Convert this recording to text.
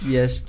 Yes